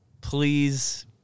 Please